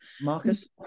Marcus